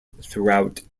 throughout